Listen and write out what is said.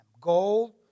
Gold